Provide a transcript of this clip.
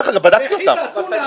תביאו מספרים.